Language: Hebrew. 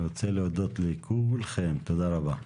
אני רוצה להודות לכולכם, תודה רבה.